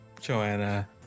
Joanna